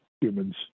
humans